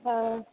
हँ